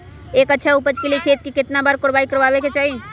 एक अच्छा उपज के लिए खेत के केतना बार कओराई करबआबे के चाहि?